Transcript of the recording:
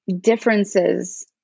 differences